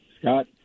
Scott